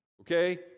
okay